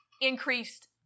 increased